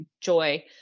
joy